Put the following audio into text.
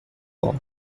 all